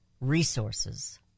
resources